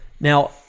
Now